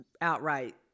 outright